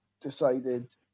decided